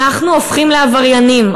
אנחנו הופכים לעבריינים,